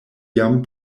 jam